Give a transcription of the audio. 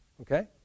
Okay